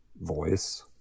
voice